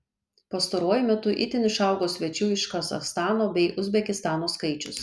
pastaruoju metu itin išaugo svečių iš kazachstano bei uzbekistano skaičius